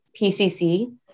PCC